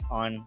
on